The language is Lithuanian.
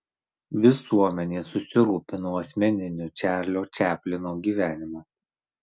visuomenė susirūpino asmeniniu čarlio čaplino gyvenimu